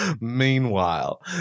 Meanwhile